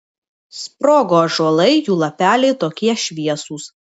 sprogo ąžuolai jų lapeliai tokie šviesūs